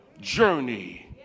journey